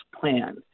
plan